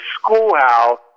schoolhouse